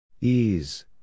Ease